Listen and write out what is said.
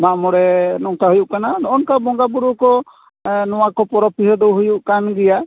ᱢᱟᱜᱢᱚᱬᱮ ᱱᱚᱝᱠᱟ ᱦᱩᱭᱩᱜ ᱠᱟᱱᱟ ᱱᱚᱜᱼᱚ ᱱᱚᱝᱠᱟ ᱵᱚᱸᱜᱟ ᱵᱩᱨᱩ ᱠᱚ ᱱᱚᱣᱟ ᱠᱚ ᱯᱚᱨᱚᱵᱽ ᱯᱤᱦᱟᱹ ᱫᱚ ᱦᱩᱭᱩᱜ ᱠᱟᱱ ᱜᱮᱭᱟ